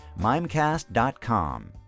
Mimecast.com